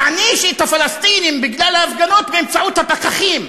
מעניש את הפלסטינים בגלל ההפגנות באמצעות הפקחים.